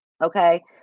Okay